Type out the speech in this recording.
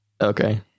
Okay